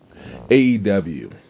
AEW